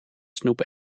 snoep